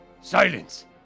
silence